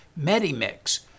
MediMix